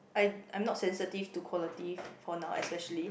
I I'm not sensitive to quality for now especially